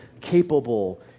capable